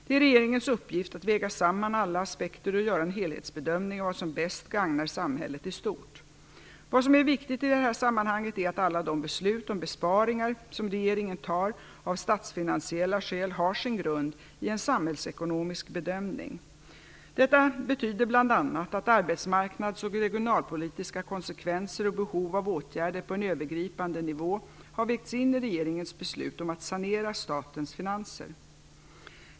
Det är regeringens uppgift att väga samman alla aspekter och göra en helhetsbedömning av vad som bäst gagnar samhället i stort. Vad som är viktigt i detta sammanhang är att alla de beslut om besparingar som regeringen fattar av statsfinansiella skäl har sin grund i en samhällsekonomisk bedömning. Detta betyder bl.a. att arbetsmarknadsoch regionalpolitiska konsekvenser och behov av åtgärder på en övergripande nivå har vägts in i regeringens beslut om att sanera statens finanser.